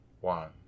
One